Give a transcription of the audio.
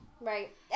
Right